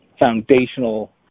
foundational